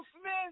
Smith